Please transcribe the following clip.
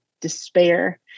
despair